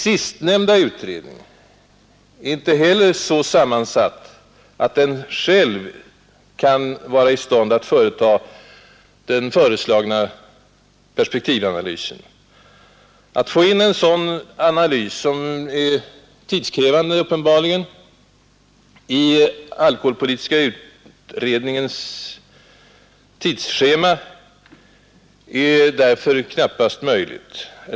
Sistnämnda utredning är dock inte heller så sammansatt att den själv kan vara i stånd att företa den föreslagna perspektivanalysen. Att få in en sådan analys, som uppenbarligen är tidskrävande, i alkoholpolitiska utredningens tidsschema är knappast möjligt.